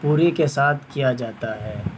پوری کے ساتھ کیا جاتا ہے